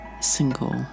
single